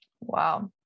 Wow